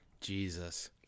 Jesus